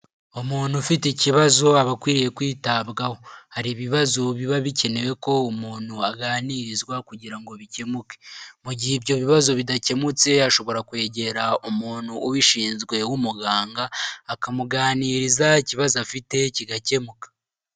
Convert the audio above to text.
Umuntu ufite ikibazo aba akwiriye kwitabwaho. Hari ibibazo biba bikenewe ko umuntu aganirizwa kugira ngo bikemuke, mu gihe ibyo bibazo bidakemutse ya ashobora kwegera umuntu ubishinzwe w'umuganga akamuganiriza ikibazo afite kigakemuka.